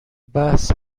بحث